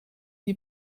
die